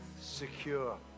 secure